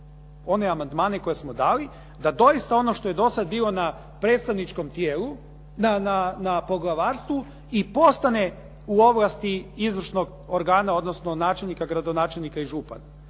one amandmane koji smo dali, da doista ono što je do sada bilo na poglavarstvu i postane u ovlasti izvršnog organa, odnosno načelnika, gradonačelnika i župana.